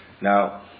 Now